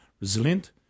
resilient